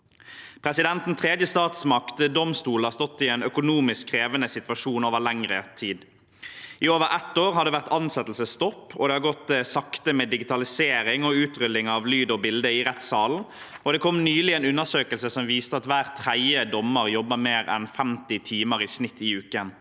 Den tredje statsmakt, domstolene, har stått i en økonomisk krevende situasjon over lengre tid. I over ett år har det vært ansettelsesstopp, og det har gått sakte med digitalisering og utrulling av lyd og bilde i rettssalen. Det kom nylig en undersøkelse som viste at hver tredje dommer jobber mer enn 50 timer i snitt i uken.